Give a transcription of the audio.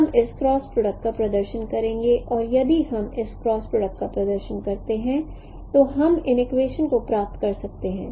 इसलिए हम इस क्रॉस प्रोडक्ट का प्रदर्शन करेंगे और यदि हम इस क्रॉस प्रोडक्ट का प्रदर्शन करते हैं तो हम इन इक्वेशन को प्राप्त कर सकते हैं